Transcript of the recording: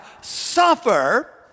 suffer